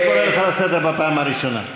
אני קורא אותך לסדר פעם ראשונה.